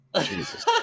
Jesus